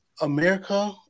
America